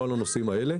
לא על הנושאים האלה,